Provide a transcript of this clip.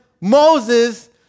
Moses